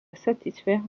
satisfaire